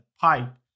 pipe